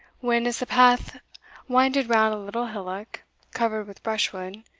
when, as the path winded round a little hillock covered with brushwood,